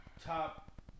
top